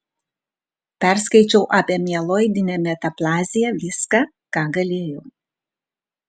perskaičiau apie mieloidinę metaplaziją viską ką galėjau